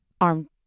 Arm